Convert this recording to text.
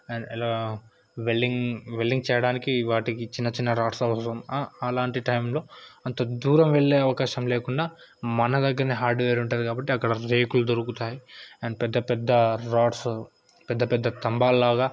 అలా welding welding చేయడానికి వాటికి చిన్న చిన్న రాడ్స్ అవసరం అలాంటి టైమ్లో అంత దూరం వెళ్ళే అవకాశం లేకుండా మన దగ్గరనే హార్డ్వేర్ ఉంటుంది కాబట్టి అక్కడ రేకులు దొరుకుతాయి అండ్ పెద్ద పెద్ద రాడ్స్ పెద్ద పెద్ద స్తంభాల లాగా